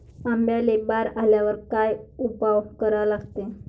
आंब्याले बार आल्यावर काय उपाव करा लागते?